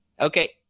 Okay